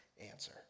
answer